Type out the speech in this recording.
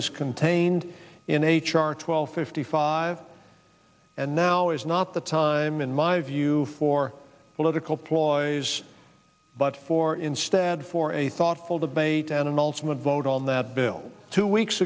is contained in h r twelve fifty five and now is not the time in my view for political ploy but for instead for a thoughtful debate animals from a vote on that bill two weeks